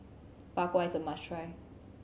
Bak Kwa is a must try